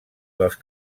dels